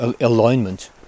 alignment